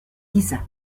lisa